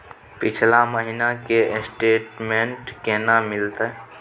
पिछला महीना के स्टेटमेंट केना मिलते?